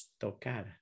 Tocar